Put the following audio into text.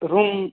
room